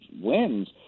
wins –